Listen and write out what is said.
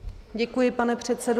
Děkuji, pane předsedo.